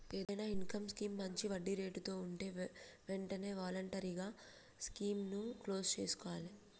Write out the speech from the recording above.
ఏదైనా income scheme మంచి వడ్డీరేట్లలో వుంటే వెంటనే వాలంటరీగా స్కీముని క్లోజ్ చేసుకోవాలే